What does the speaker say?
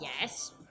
yes